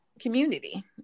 Community